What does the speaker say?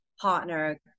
partner